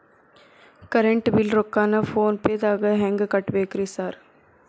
Current bill ರೊಕ್ಕಾನ phone ಪೇದಾಗ ಹೆಂಗ್ ಕಟ್ಟಬೇಕ್ರಿ ಸರ್?